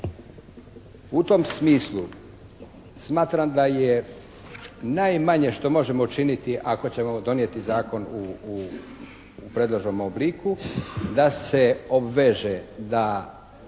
U tom smislu smatram da je najmanje što možemo učiniti ako ćemo donijeti zakon u predloženom obliku da se obveže da